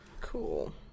Cool